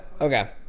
Okay